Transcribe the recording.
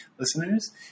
listeners